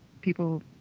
people